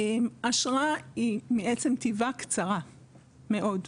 אשרה היא מעצם טיבה קצרה מאוד.